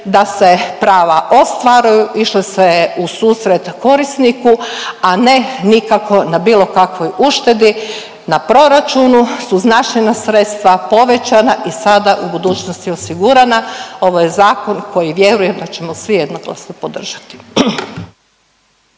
da se prava ostvaruju, išlo se u susret korisniku, a ne nikako na bilo kakvoj uštedi, na proračunu su značajna sredstva povećana i sada u budućnosti osigurana. Ovo je zakon koji vjeruje, pa ćemo svi jednoglasno podržati.